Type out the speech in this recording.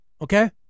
Okay